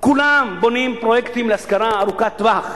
כולם בונים פרויקטים להשכרה ארוכת טווח.